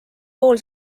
pool